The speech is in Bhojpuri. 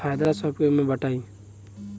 फायदा सब केहू मे बटाई